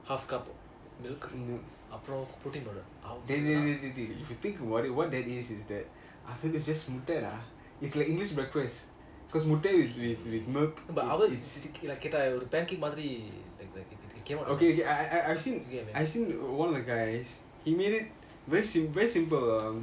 half cup of milk அப்புறம்:apram protien powder அவ்ளோ தான் கேட்ட:avlo thaan keata pancake மாதிரி:maathiri it came out